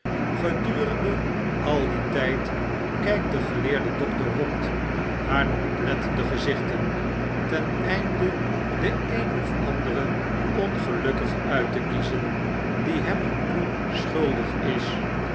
gedurende al dien tjjd kpt de geleerde doctor rond naar de oplettende gezichten ten einde den een of anderen ongelukkige uit te kiezen die hem een koe schuldig is